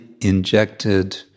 injected